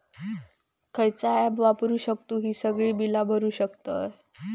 खयचा ऍप वापरू शकतू ही सगळी बीला भरु शकतय?